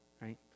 right